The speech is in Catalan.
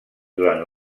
durant